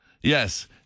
Yes